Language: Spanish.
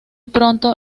pronto